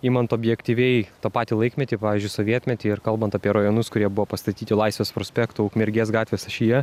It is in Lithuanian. imant objektyviai tą patį laikmetį pavyzdžiui sovietmetį ir kalbant apie rajonus kurie buvo pastatyti laisvės prospektų ukmergės gatvės ašyje